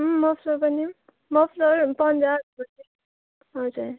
muffler पनि muffler पन्जाहरू पनि हजर